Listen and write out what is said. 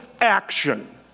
action